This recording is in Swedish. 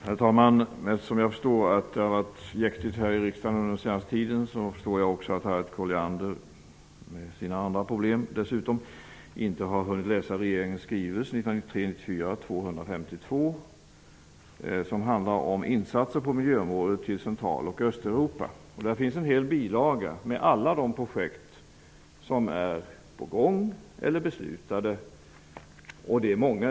Herr talman! Jag förstår att det har varit jäktigt i riksdagen den senaste tiden. Jag förstår då också att Harriet Colliander med sina andra problem dessutom inte har hunnit läsa regeringens skrivelse 1993/94:252 som handlar om insatser på miljöområdet i Central och Östeuropa. Där finns en hel bilaga över alla de projekt som är på gång eller beslutade.